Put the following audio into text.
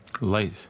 light